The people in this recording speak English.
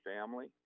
family